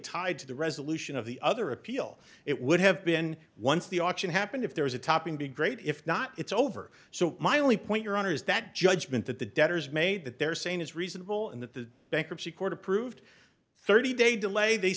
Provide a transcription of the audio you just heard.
tied to the resolution of the other appeal it would have been once the auction happened if there was a topping be great if not it's over so my only point your honor is that judgment that the debtors made that they're saying is reasonable and that the bankruptcy court approved thirty day delay they